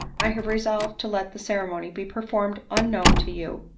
i have resolved to let the ceremony be performed unknown to you.